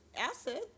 acid